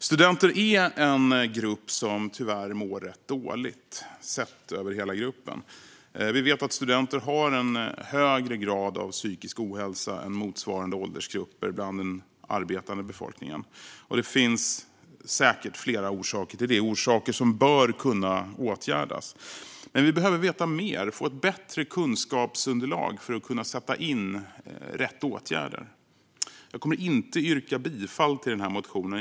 Studenter är en grupp som tyvärr mår rätt dåligt, sett över hela gruppen. Vi vet att studenter har en högre grad av psykisk ohälsa än motsvarande åldersgrupper bland den arbetande befolkningen. Det finns säkert flera orsaker till det, orsaker som bör kunna åtgärdas. Men vi behöver veta mer, få ett bättre kunskapsunderlag för att kunna sätta in rätt åtgärder. Jag kommer inte att yrka bifall till motionen.